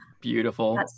beautiful